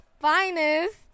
finest